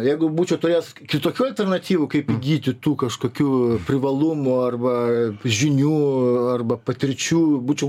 jeigu būčiau turėjęs kitokių alternatyvų kaip įgyti tų kažkokių privalumų arba žinių arba patirčių būčiau